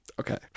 Okay